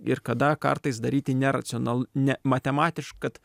ir kada kartais daryti neracional ne matematiš kad